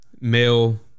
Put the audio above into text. male